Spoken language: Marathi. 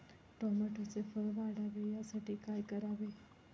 टोमॅटोचे फळ वाढावे यासाठी काय करावे?